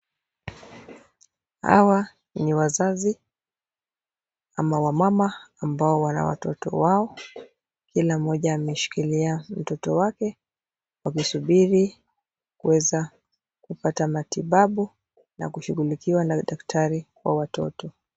Hawa ni wazazi ama wamama ambao wana watoto wao, kila moja ameshikilia mtoto wake wakisubiri kuweza kupata matibabu na kushughulikiwa na taktari wa watoto.